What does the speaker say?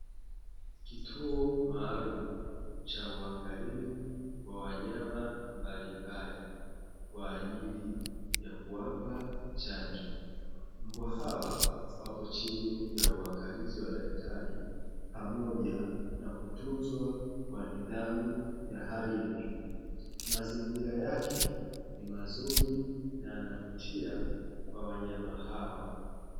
Kituo maalumu ya uangalizi wa wanyama mbalimbali kwa ajili ya kuwapa chanjo. Mbwa hawa wapo chini ya uangalizi wa daktari pamoja na kutunzwa kwa nidhamu ya hali ya juu. Mazingira yake ni mazuri na yanavutia kwa wanyama hawa.